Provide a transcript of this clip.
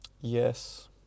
Yes